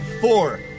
Four